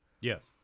Yes